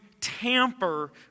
tamper